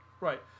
Right